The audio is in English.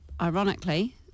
ironically